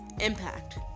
impact